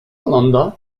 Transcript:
alanda